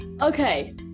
Okay